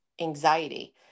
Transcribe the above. anxiety